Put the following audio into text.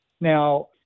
Now